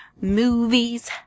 Movies